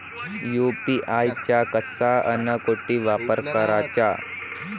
UPI चा कसा अन कुटी वापर कराचा?